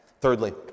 Thirdly